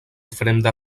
fremda